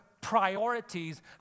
priorities